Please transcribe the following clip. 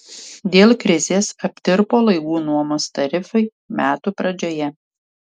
dėl krizės aptirpo laivų nuomos tarifai metų pradžioje